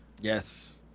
Yes